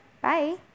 Bye